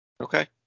Okay